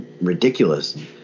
ridiculous